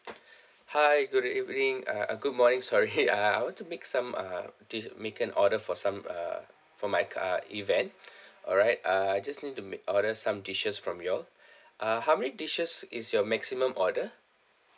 hi good evening uh a good morning sorry uh I want to make some uh dish~ make an order for some uh from my uh event alright uh I just need to make order some dishes from you all uh how many dishes is your maximum order